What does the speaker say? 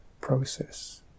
process